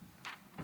וגירושין)